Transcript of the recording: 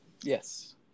Yes